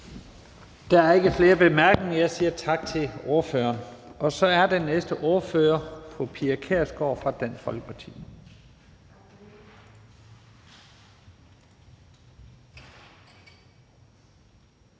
Der er ikke flere korte bemærkninger. Jeg siger tak til ordføreren. Så er den næste ordfører fru Pia Kjærsgaard fra Dansk Folkeparti.